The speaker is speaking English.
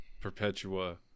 Perpetua